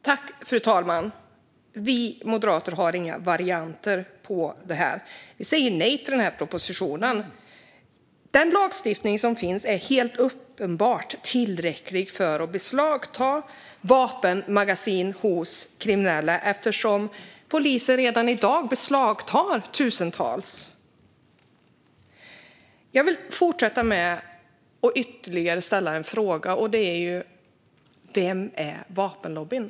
Fru talman! Vi moderater har inga varianter på det här. Vi säger nej till den här propositionen. Den lagstiftning som finns är helt uppenbart tillräcklig för att beslagta vapenmagasin hos kriminella eftersom polisen redan i dag beslagtar tusentals sådana. Jag vill fortsätta med att ställa ytterligare en fråga. Vilka består vapenlobbyn av?